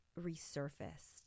resurfaced